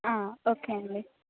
okay అండి